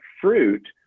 fruit